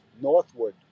northward